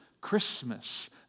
Christmas